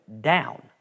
down